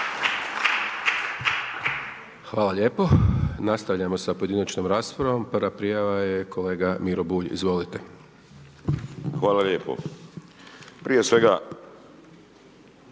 Hvala lijepo. Nastavljamo sa pojedinačnom raspravom. Prva prijava je kolega Miro Bulj, izvolite. **Bulj, Miro (MOST)**